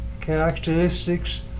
characteristics